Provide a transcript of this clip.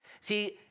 See